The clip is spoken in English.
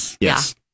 Yes